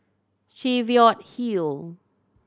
Cheviot Hill